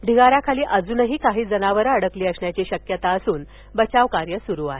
ढिगाऱ्याखाली अजूनही काही जनावरं अडकली असण्याची शक्यता असून बचाव कार्य सुरू आहे